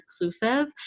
inclusive